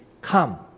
Come